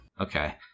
okay